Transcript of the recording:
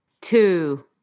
two